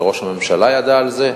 וראש הממשלה ידע על זה.